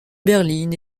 berline